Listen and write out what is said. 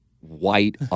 white